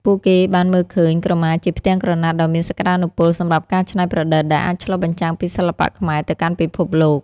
ពួកគេបានមើលឃើញក្រមាជាផ្ទាំងក្រណាត់ដ៏មានសក្តានុពលសម្រាប់ការច្នៃប្រឌិត ដែលអាចឆ្លុះបញ្ចាំងពីសិល្បៈខ្មែរទៅកាន់ពិភពលោក។